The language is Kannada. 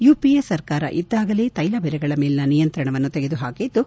ಯುಪಿಎ ಸರ್ಕಾರ ಇದ್ದಾಗಲೇ ತೈಲಬೆಲೆಗಳ ಮೇಲಿನ ನಿಯಂತ್ರಣವನ್ನು ತೆಗೆದುಹಾಕಿದ್ದು